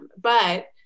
but-